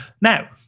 Now